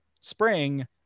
spring